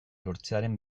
lortzearen